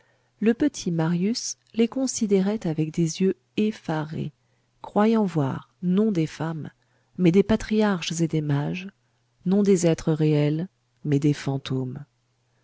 le petit marius les considérait avec des yeux effarés croyant voir non des femmes mais des patriarches et des mages non des êtres réels mais des fantômes